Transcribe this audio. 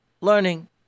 Learning